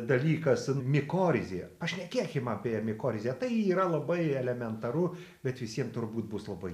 dalykas mikorizė pašnekėkim apie mikorizę tai yra labai elementaru bet visiem turbūt bus labai